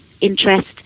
interest